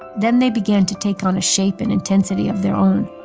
then they began to take on a shape and intensity of their own.